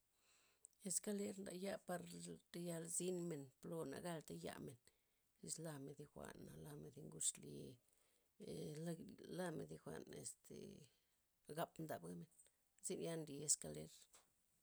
Eskaler ndaya' par tayal zynmen ploo nagalta yamen, izlamen thi jwa'na, lamen thi ngud xlye, la- lamen thi jwa'n este gapmdab gabmen zynia' nli ezkaler.